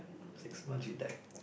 six months he died